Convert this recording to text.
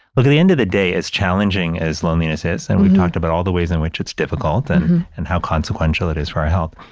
well the the end of the day, as challenging as loneliness is. and we've talked about all the ways in which it's difficult and and how consequential it is for our health.